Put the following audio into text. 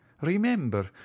Remember